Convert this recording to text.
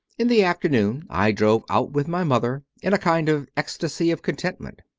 in the afternoon i drove out with my mother in a kind of ecstasy of contentment.